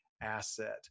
asset